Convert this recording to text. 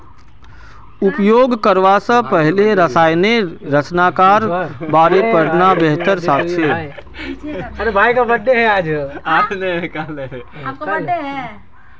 उपयोग करवा स पहले रसायनेर संरचनार बारे पढ़ना बेहतर छोक